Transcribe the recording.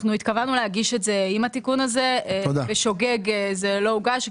אנחנו התכוונו להגיש את זה עם התיקון הזה; בשוגג זה לא הוגש.